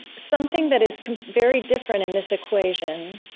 something that is very different in this equation